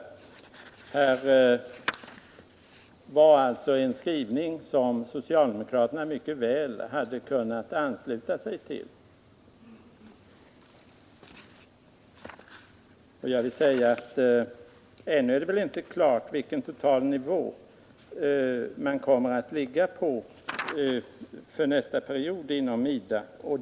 Detta var alltså en skrivning som socialdemokraterna mycket väl hade kunnat ansluta sig till. Ännu ärdet inte klart vilken storlek IDA:s resurser kommer att ha för nästa period.